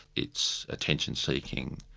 it's attention-seeking,